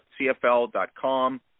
CFL.com